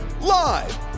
Live